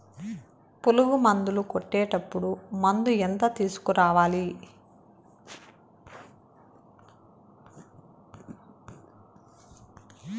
పులుగు మందులు కొట్టేటప్పుడు మందు ఎంత తీసుకురావాలి?